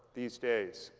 these days